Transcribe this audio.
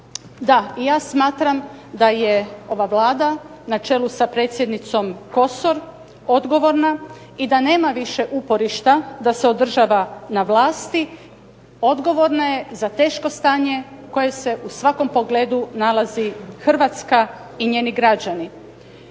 Da, i ja smatram da je ova Vlada na čelu sa predsjednicom Kosor odgovorna i da nema više uporišta da se održava na vlasti, odgovorna je za teško stanje u kojem se u svakom pogledu Hrvatska i njeni građani.